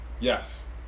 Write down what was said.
Yes